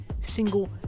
single